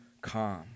calm